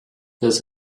this